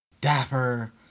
dapper